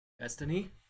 Destiny